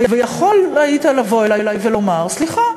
ויכול היית לבוא אלי ולומר: סליחה,